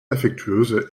affectueuse